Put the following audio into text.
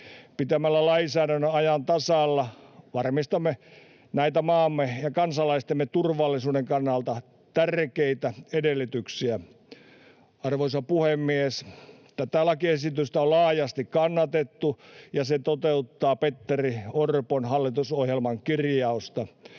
Pitämällä lainsäädännön ajan tasalla varmistamme näitä maamme ja kansalaistemme turvallisuuden kannalta tärkeitä edellytyksiä. Arvoisa puhemies! Tätä lakiesitystä on laajasti kannatettu, ja se toteuttaa Petteri Orpon hallitusohjelman kirjausta.